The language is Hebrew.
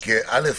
בהחלט.